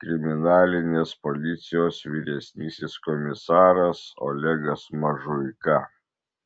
kriminalinės policijos vyresnysis komisaras olegas mažuika